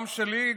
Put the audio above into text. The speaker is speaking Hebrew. גם שלי,